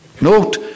Note